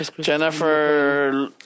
Jennifer